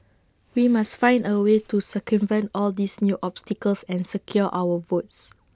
we must find A way to circumvent all these new obstacles and secure our votes